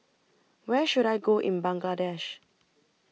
Where should I Go in Bangladesh